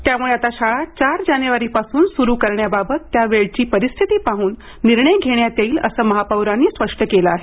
त्यामुळे आता शाळा चार जानेवारीपासून सुरू करण्याबाबत त्या वेळची परिस्थिती पाहून निर्णय घेण्यात येईल असं महापौरांनी स्पष्ट केलं आहे